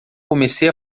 comecei